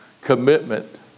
commitment